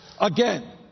Again